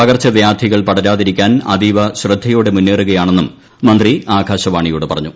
പകർച്ചവ്യാധികൾ പടരാതിരിക്കാൻ അതീവ ശ്രദ്ധയോടെ മുന്നേറുകയാണെന്നും മന്ത്രി ആകാശവാണിയോട് പറഞ്ഞു